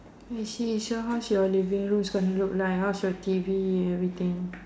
I see so how's your living room gonna look like how's your T_V and everything